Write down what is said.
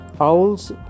Owls